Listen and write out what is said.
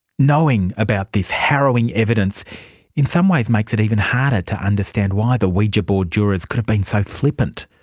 knowing about this harrowing evidence in some ways makes it even harder to understand why the ouija board jurors could have been so flippant.